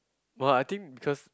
no lah I think because